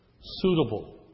suitable